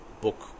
book